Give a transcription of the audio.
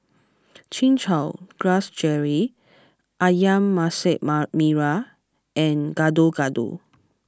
Chin Chow Grass Jelly Ayam Masak Merah and Gado Gado